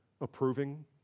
approving